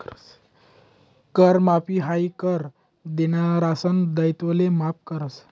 कर माफी हायी कर देनारासना दायित्वले माफ करस